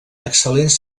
excel·lents